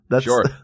Sure